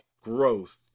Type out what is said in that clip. Growth